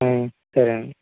సరేండి